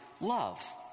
love